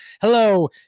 Hello